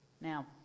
Now